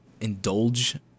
indulge